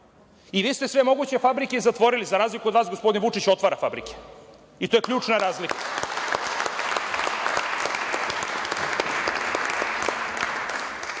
i vi ste sve moguće fabrike zatvorili, za razliku od vas gospodin Vučić otvara fabrike, i to je ključna razlika. Suština